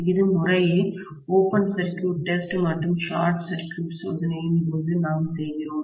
இது முறையே open circuit test மற்றும் ஷார்ட் சர்க்யூட் சோதனையின் போது நாம் செய்கிறோம்